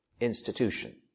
institution